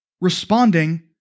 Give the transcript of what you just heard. responding